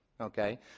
okay